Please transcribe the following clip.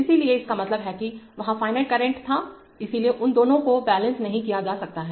इसलिए इसका मतलब है कि वहाँ इनफिनिट करंट था इसलिए उन दोनों को बैलेंस नहीं किया जा सकता है